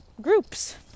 Groups